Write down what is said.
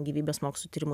gyvybės mokslų tyrimų